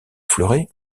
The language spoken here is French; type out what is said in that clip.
fleuret